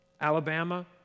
Alabama